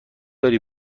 داری